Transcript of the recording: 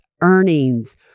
earnings